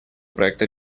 проекта